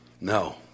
no